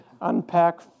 unpack